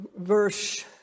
verse